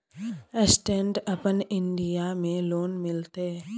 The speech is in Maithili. स्टैंड अपन इन्डिया में लोन मिलते?